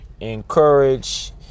encourage